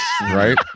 right